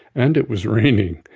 and it was raining.